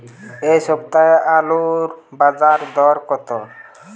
এ সপ্তাহে আলুর বাজারে দর কত?